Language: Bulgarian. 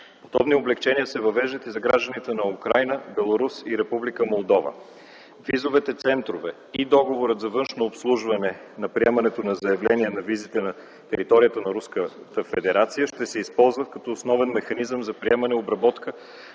Подобни облекчения се въвеждат и за гражданите на Украйна, Беларус и Република Молдова. Видовете центрове и договорът за външно обслужване на приемането на заявление на визите на територията на Руската Федерация, ще се използва като основен механизъм за приемане и обработка